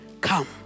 come